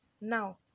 now